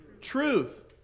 Truth